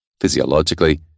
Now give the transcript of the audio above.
Physiologically